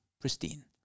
pristine